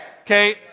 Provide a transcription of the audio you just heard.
Okay